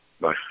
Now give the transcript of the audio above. Bye